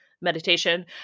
meditation